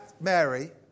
Mary